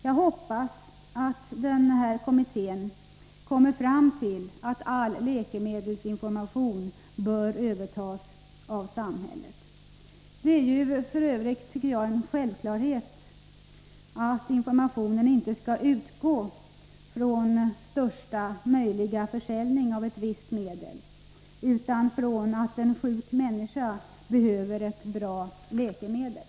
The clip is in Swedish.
Jag hoppas att kommittén kommer fram till att all läkemedelsinformation bör övertas av samhället. Det är f. ö. en självklarhet att informationen inte skall utgå från att man vill uppnå största möjliga försäljning av ett visst preparat utan från att en sjuk människa behöver ett bra läkemedel.